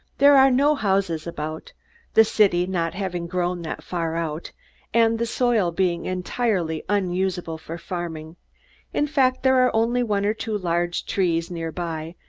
there are no houses about the city not having grown that far out and the soil being entirely unsuitable for farming in fact, there are only one or two large trees near by,